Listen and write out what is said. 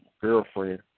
girlfriend